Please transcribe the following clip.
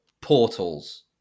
portals